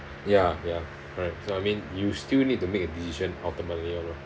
ya ya correct so I mean you still need to make a decision automatically